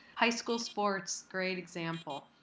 high school sports, great example.